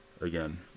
again